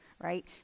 right